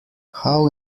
how